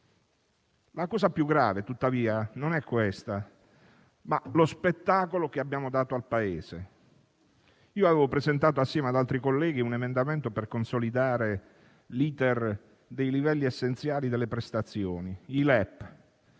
La cosa più grave, tuttavia, non è questa, ma lo spettacolo che abbiamo dato al Paese. Avevo presentato, assieme ad altri colleghi, un emendamento per consolidare l'*iter* dei livelli essenziali delle prestazioni.